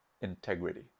integrity